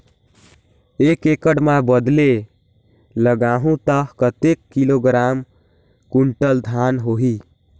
एक एकड़ मां बदले लगाहु ता कतेक किलोग्राम कुंटल धान होही?